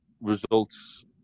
results